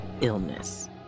illness